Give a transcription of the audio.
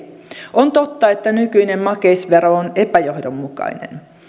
on totta että nykyinen makeisvero on epäjohdonmukainen